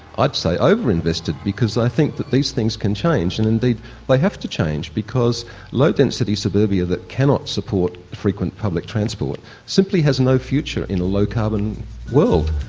i'd say over-invested because i think that these things can change and indeed they have to change because low density suburbia that cannot support frequent public transport simply has no future in a low carbon world.